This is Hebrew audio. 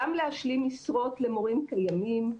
גם להשלים משרות למורים קיימים,